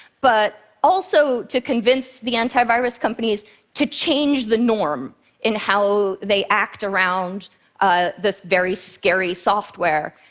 but also to convince the antivirus companies to change the norm in how they act around ah this very scary software,